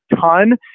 ton